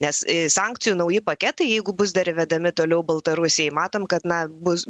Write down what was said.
nes sankcijų nauji paketai jeigu bus dar įvedami toliau baltarusijai matom kad na bus